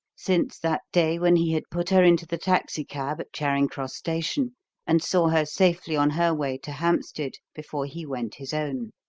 since that day when he had put her into the taxicab at charing cross station and saw her safely on her way to hampstead before he went his own.